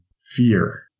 fear